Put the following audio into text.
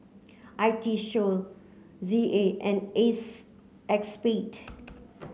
I T Show Z A and ACEXSPADE